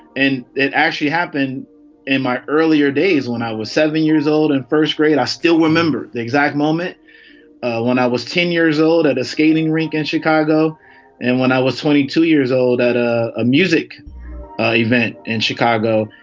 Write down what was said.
and it actually happened in my earlier days when i was seven years old in first grade i still remember the exact moment when i was ten years old at a skating rink in and chicago and when i was twenty two years old at a ah music event in chicago.